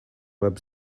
web